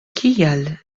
kial